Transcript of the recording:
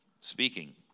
speaking